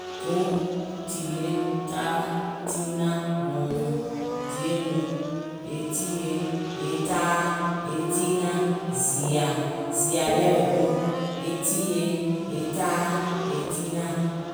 Guùŋ, tiyeè, taai, tiinàŋ nɔ̀ɔ̀nɔ̀ŋ, dièguùŋ è tìyèe, èe taai, èe tiinàŋ, zììyà, zììyà jɛ̀wɛ̀ guùŋ, èe tìyèe, èe taai, èe tiinàŋ